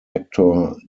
actor